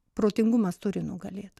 protingumas turi nugalėt